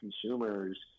consumers